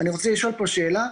אני רוצה לשאול פה שאלה.